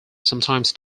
sometimes